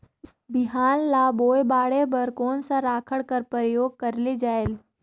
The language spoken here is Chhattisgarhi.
बिहान ल बोये बाढे बर कोन सा राखड कर प्रयोग करले जायेल?